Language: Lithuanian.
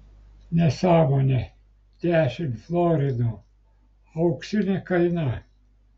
nesąmonė dešimt florinų auksinė kaina